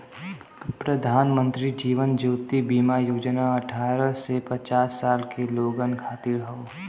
प्रधानमंत्री जीवन ज्योति बीमा योजना अठ्ठारह से पचास साल के लोगन खातिर हौ